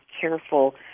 careful